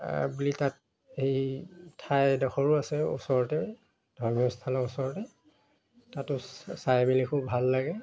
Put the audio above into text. বুলি তাত এই ঠাই এডখৰো আছে ওচৰতে ধৰ্মীয় স্থানৰ ওচৰতে তাতো চাই মেলি খুব ভাল লাগে